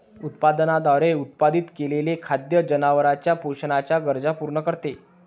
उत्पादनाद्वारे उत्पादित केलेले खाद्य जनावरांच्या पोषणाच्या गरजा पूर्ण करते